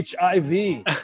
HIV